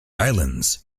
islands